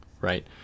right